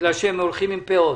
בגלל שהם הולכים עם פאות.